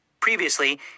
Previously